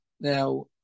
Now